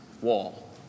wall